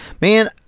man